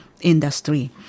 industry